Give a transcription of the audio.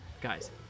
Guys